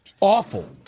Awful